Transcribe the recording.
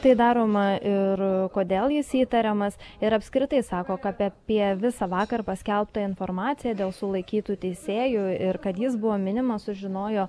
tai daroma ir kodėl jis įtariamas ir apskritai sako kad apie visą vakar paskelbtą informaciją dėl sulaikytų teisėjų ir kad jis buvo minimas sužinojo